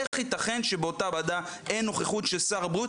איך ייתכן שבאותה ועדה אין נוכחות של שר הבריאות?